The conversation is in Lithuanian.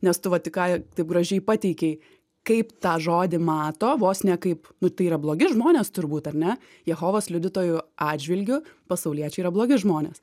nes tu va tik ką taip gražiai pateikei kaip tą žodį mato vos ne kaip nu tai yra blogi žmonės turbūt ar ne jehovos liudytojų atžvilgiu pasauliečiai yra blogi žmonės